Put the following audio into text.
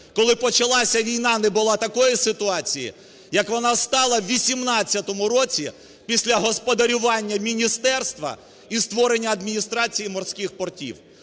коли почалася війна, не було такої ситуації, як вона стала в 2018 році після господарювання міністерства і створення Адміністрації морських портів.